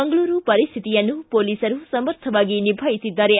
ಮಂಗಳೂರು ಪರಿಸ್ವಿತಿಯನ್ನು ಪೊಲೀಸರು ಸಮರ್ಥವಾಗಿ ನಿಭಾಯಿಸಿದ್ದಾರೆ